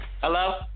Hello